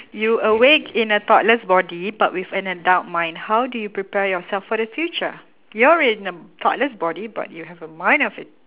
you awake in a toddler's body but with an adult mind how do you prepare yourself for the future you're in a toddler's body but you have a mind of it